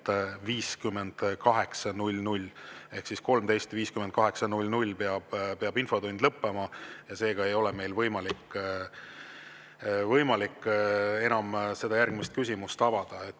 13.58 peab infotund lõppema. Seega ei ole meil võimalik enam järgmist küsimust avada.